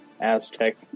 aztec